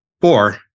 four